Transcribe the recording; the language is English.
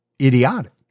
idiotic